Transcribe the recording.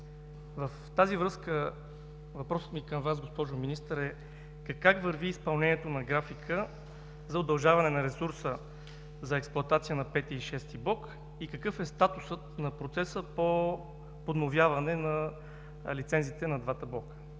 В тази връзка въпросът ми към Вас, госпожо Министър, е: Как върви изпълнението на графика за удължаване на ресурса за експлоатация на V-ти и VІ-ти блок и какъв е статусът на процеса по подновяване на лицензите на двата блока?